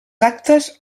actes